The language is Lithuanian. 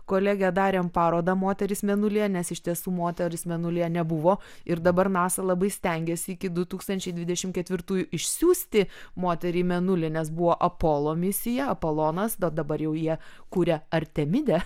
kolege darėm parodą moterys mėnulyje nes iš tiesų moterys mėnulyje nebuvo ir dabar nasa labai stengiasi iki du tūkstančiai dvidešimt ketvirtųjų išsiųsti moterį į mėnulį nes buvo apolo misija apolonas o dabar jau jie kuria artemidę